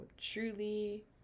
truly